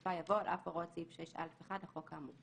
ובסופה יבוא "על אף הוראות סעיף 6(א)(1) לחוק האמור";